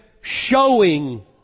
showing